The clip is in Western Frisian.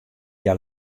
hja